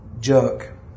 jerk